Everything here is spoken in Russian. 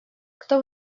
кто